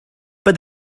pas